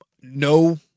no